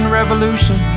revolution